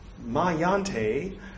Mayante